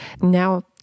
Now